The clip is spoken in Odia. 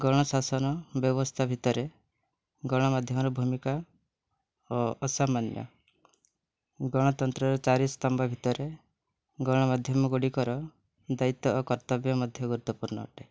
ଗଣ ଶାସନ ବ୍ୟବସ୍ଥା ଭିତରେ ଗଣମାଧ୍ୟମର ଭୂମିକା ଅସାମାନ୍ୟ ଗଣତନ୍ତ୍ରର ଚାରିସ୍ତମ୍ଭ ଭିତରେ ଗଣମାଧ୍ୟମ ଗୁଡ଼ିକର ଦାୟିତ୍ୱ ଓ କର୍ତ୍ତବ୍ୟ ମଧ୍ୟ ଗୁରୁତ୍ୱପୂର୍ଣ ଅଟେ